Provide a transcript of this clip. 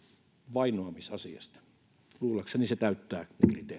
vainoamisasiasta luullakseni se täyttää